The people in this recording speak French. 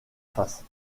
face